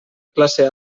classe